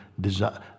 desire